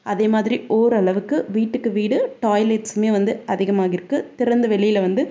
அதே மாதிரி ஓரளவுக்கு வீட்டுக்கு வீடு டாய்லெட்ஸுமே வந்து அதிகமாகியிருக்கு திறந்த வெளியில் வந்து